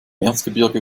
erzgebirge